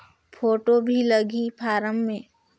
Photo भी लगी form मे?